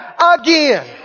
again